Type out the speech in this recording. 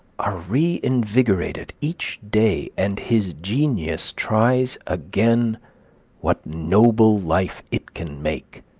are reinvigorated each day, and his genius tries again what noble life it can make.